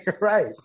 right